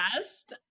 best